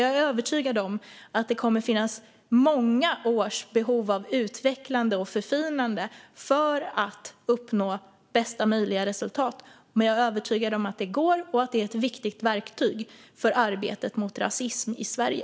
Jag är övertygad om att det kommer att finnas många års behov av utvecklande och förfinande för att uppnå bästa möjliga resultat. Men jag är övertygad om att det går och att det är ett viktigt verktyg för arbetet mot rasism i Sverige.